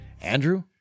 Andrew